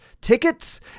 tickets